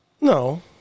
No